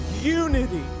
unity